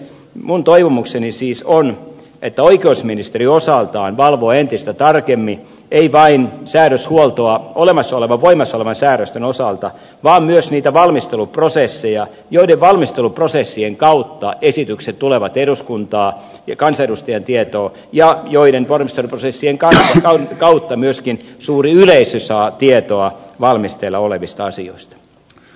minun toivomukseni siis on että oikeusministeriö osaltaan valvoo entistä tarkemmin ei vain säädöshuoltoa olemassa olevien voimassa olevien säädösten osalta vaan myös niitä valmisteluprosesseja joiden valmisteluprosessien kautta esitykset tulevat eduskuntaan ja kansanedustajien tietoon ja joiden valmisteluprosessien kautta myöskin suuri yleisö saa tietoa valmisteilla olevista asioista